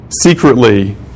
secretly